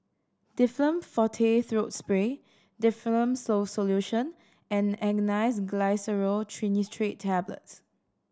Difflam Forte Throat Spray Difflam So Solution and Glyceryl Trinitrate Tablets